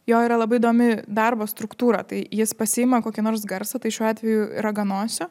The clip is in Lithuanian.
jo yra labai įdomi darbo struktūra tai jis pasiima kokį nors garsą tai šiuo atveju raganosio